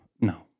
no